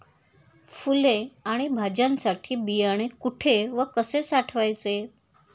फुले आणि भाज्यांसाठी बियाणे कुठे व कसे साठवायचे?